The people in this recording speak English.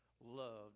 love